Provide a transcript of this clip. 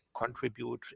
contribute